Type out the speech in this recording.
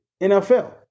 NFL